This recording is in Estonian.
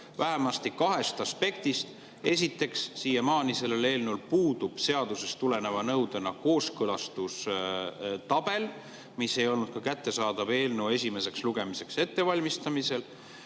vähemasti kahest aspektist. Esiteks, siiamaani sellel eelnõul puudub seadusest tuleneva nõudena kooskõlastustabel, mis ei olnud kättesaadav ka eelnõu esimeseks lugemiseks ettevalmistamisel.